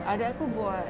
adik aku buat